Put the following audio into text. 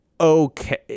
okay